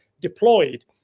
deployed